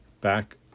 back